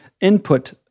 input